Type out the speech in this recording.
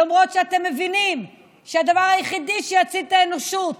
למרות שאתם מבינים שהדבר היחיד שיציל את האנושות